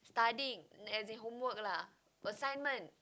studying as in homework lah assignment